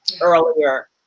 earlier